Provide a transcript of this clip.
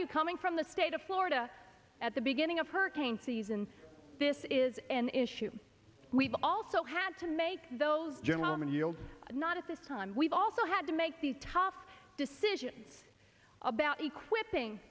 you coming from the state of florida at the beginning of hurricane season this is an issue we've also had to make those gentlemen yield not at this time we've also had to make the tough decision about equipping